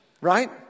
right